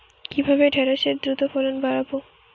কিভাবে ঢেঁড়সের দ্রুত ফলন বাড়াব?